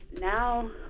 now